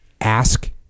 ask